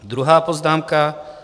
Druhá poznámka.